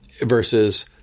versus